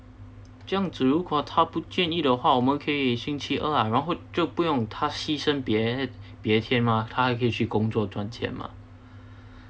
这样子如果她不介意的话我们可以星期二啊然后就不用她牺牲别天嘛她还可以去工作赚钱嘛